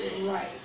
Right